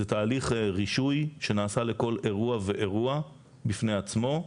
זה תהליך רישוי שנעשה לכל אירוע ואירוע בפני עצמו.